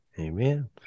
Amen